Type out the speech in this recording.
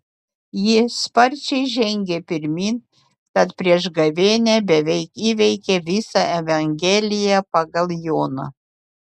ji sparčiai žengė pirmyn tad prieš gavėnią beveik įveikė visą evangeliją pagal joną